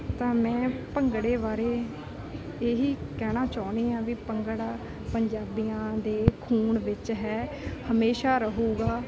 ਤਾਂ ਮੈਂ ਭੰਗੜੇ ਬਾਰੇ ਇਹੀ ਕਹਿਣਾ ਚਾਹੁੰਦੀ ਹਾਂ ਵੀ ਭੰਗੜਾ ਪੰਜਾਬੀਆਂ ਦੇ ਖੂਨ ਵਿੱਚ ਹੈ ਹਮੇਸ਼ਾਂ ਰਹੇਗਾ